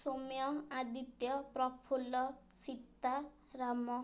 Soumya Aditya Prafulla Sita Ram